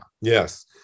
Yes